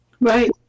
right